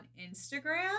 Instagram